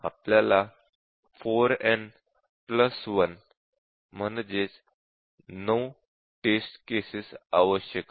आपल्याला 4n 1 9 test cases आवश्यक आहेत